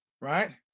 right